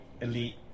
elite